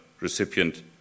recipient